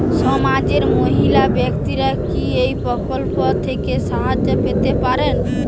সমাজের মহিলা ব্যাক্তিরা কি এই প্রকল্প থেকে সাহায্য পেতে পারেন?